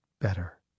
better